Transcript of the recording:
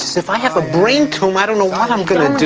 so if i have a brain tumour i don't know what i'm going to do.